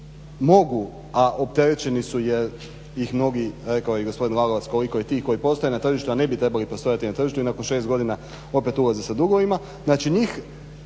mogu, a opterećeni su jer ih mnogi rekao je gospodin Lalovac koliko je tih koji postoje na tržištu a ne bi trebali postojati na tržištu i nakon 6 godina opet ulaze sa dugovima,